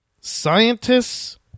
scientists